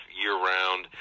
year-round